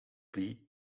plea